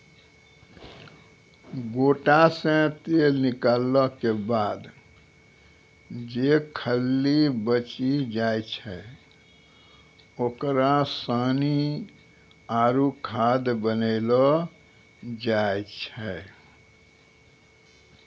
गोटा से तेल निकालो के बाद जे खल्ली बची जाय छै ओकरा सानी आरु खाद बनैलो जाय छै